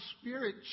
Spirit